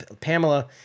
Pamela